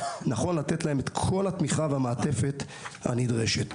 נכון לתת להם את כל התמיכה והמעטפת הנדרשת.